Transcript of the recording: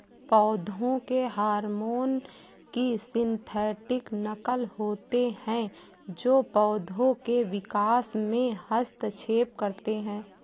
पौधों के हार्मोन की सिंथेटिक नक़ल होते है जो पोधो के विकास में हस्तक्षेप करते है